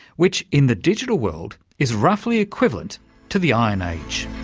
which in the digital world is roughly equivalent to the iron age.